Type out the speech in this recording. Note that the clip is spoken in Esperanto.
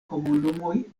komunumoj